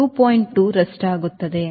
2 ರಷ್ಟಾಗುತ್ತದೆ